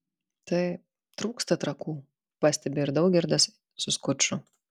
taip trūksta trakų pastebi ir daugirdas su skuču